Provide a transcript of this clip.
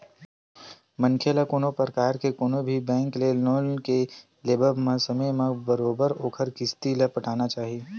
मनखे ल कोनो परकार के कोनो भी बेंक ले लोन के लेवब म समे म बरोबर ओखर किस्ती ल पटाना चाही